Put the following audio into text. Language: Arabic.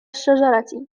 الشجرة